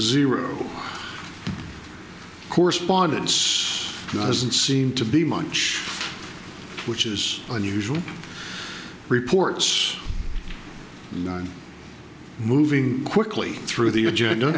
zero correspondence doesn't seem to be mine which is unusual reports and i'm moving quickly through the agenda